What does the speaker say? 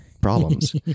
problems